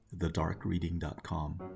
thedarkreading.com